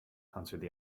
answered